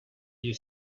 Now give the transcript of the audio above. you